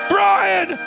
Brian